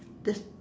there's